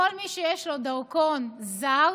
כל מי שיש לו דרכון זר